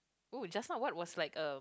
!ooh! just now what was like a